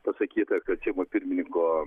pasakyta kad seimo pirmininko